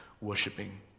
worshipping